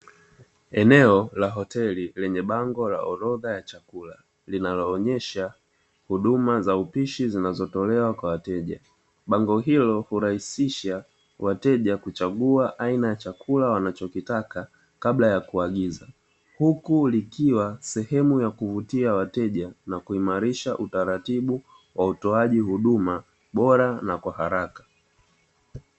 Eneo la hoteli yenye bango la orodha ya chakula linaloonyesha huduma za upishi zinazotolewa kwa wateja, bango hilo hurahisisha wateja kuchagua aina ya chakula wanachokitaka kabla ya kuagiza huku likiwa sehemu ya kuvutia wateja na kuimarisha utaratibu wa utoaji huduma bora na kwa haraka.